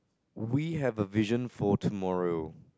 we have a vision for tomorrow